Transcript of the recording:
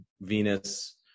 Venus